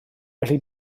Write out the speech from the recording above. felly